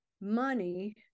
money